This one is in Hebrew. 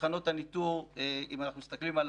אם אנחנו מסתכלים,